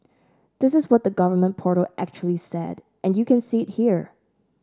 this is what the government portal actually said and you can see it here